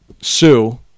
sue